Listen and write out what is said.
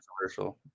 controversial